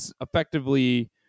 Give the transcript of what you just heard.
effectively